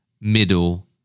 middle